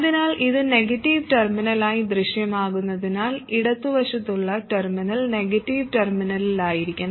അതിനാൽ ഇത് നെഗറ്റീവ് ടെർമിനലായി ദൃശ്യമാകുന്നതിനാൽ ഇടതുവശത്തുള്ള ടെർമിനൽ നെഗറ്റീവ് ടെർമിനലായിരിക്കണം